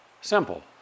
Simple